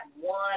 one